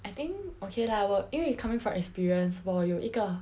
I think okay lah 我因为 coming from experience 我有一个